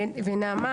ונעמה